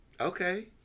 Okay